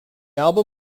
album